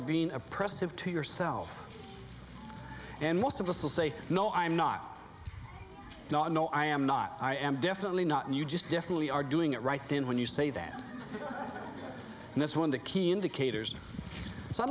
being oppressive to yourself and most of us will say no i'm not not no i am not i am definitely not and you just definitely are doing it right then when you say that and this one the key indicators so i